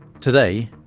Today